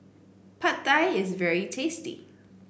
Pad Thai is very tasty